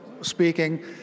speaking